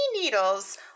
needles